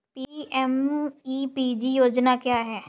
PMEPG योजना क्या है?